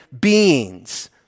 beings